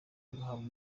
agahabwa